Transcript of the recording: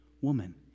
woman